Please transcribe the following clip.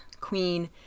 queen